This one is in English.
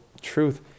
truth